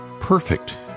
perfect